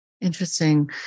Interesting